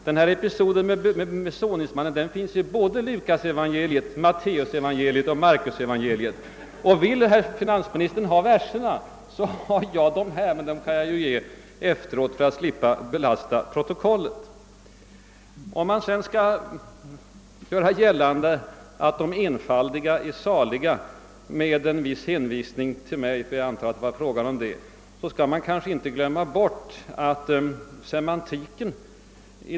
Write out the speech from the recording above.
Liknelsen om såningsmannen finns i själva verket i såväl Lukasoch Matteussom Markusevangeliet, och vill finansministern ha verserna har jag dem här. Men jag kan ju överlämna dem efteråt för att slippa belasta protokollet. Gör man sedan gällande, att de enfaldiga är saliga med hänvisning till mig, ty jag antar att det gällde mig, bör man inte bortse från de semantiska förändringarna.